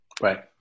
Right